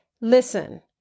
Listen